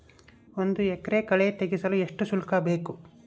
ಒಂದು ಎಕರೆ ಕಳೆ ತೆಗೆಸಲು ಎಷ್ಟು ಶುಲ್ಕ ಬೇಕು?